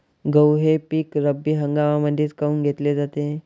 गहू हे पिक रब्बी हंगामामंदीच काऊन घेतले जाते?